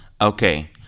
Okay